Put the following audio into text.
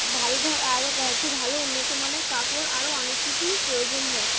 ভালো ধর আরও আছে ভালো উন্নত মানের কাপড় আরও অনেক কিছুই প্রয়োজন হয়